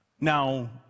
Now